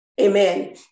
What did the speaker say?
amen